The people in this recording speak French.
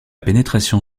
pénétration